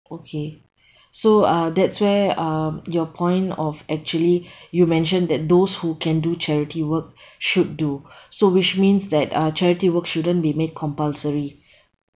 okay so uh that's where uh your point of actually you mention that those who can do charity work should do so which means that uh charity work shouldn't be made compulsory